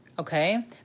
Okay